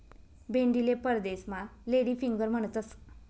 भेंडीले परदेसमा lady finger म्हणतंस